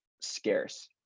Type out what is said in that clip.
scarce